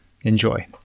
Enjoy